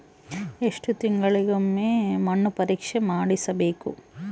ಎಷ್ಟು ತಿಂಗಳಿಗೆ ಒಮ್ಮೆ ಮಣ್ಣು ಪರೇಕ್ಷೆ ಮಾಡಿಸಬೇಕು?